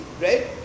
right